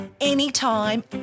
anytime